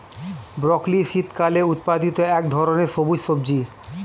broccoli শীতকালে উৎপাদিত এক ধরনের সবুজ সবজি